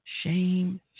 Shame